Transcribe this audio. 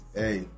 hey